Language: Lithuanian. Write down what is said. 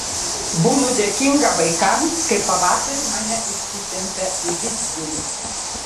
būnu dėkinga vaikams kai pavasarį mane išsitempia į vidzgirį